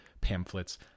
pamphlets